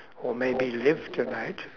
or maybe live tonight